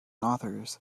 authors